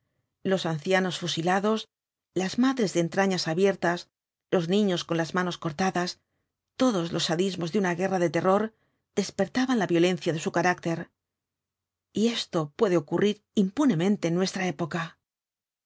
los ancianos fusilados las madres de entrañas abiertas los niños con las manos cortadas todos los sadismos de una guerra de terror despertaljan la violencia de su carácter y esto puede ocurrir impunemente en nuestra época